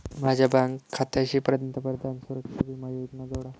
माझ्या बँक खात्याशी पंतप्रधान सुरक्षा विमा योजना जोडा